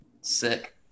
Sick